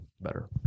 better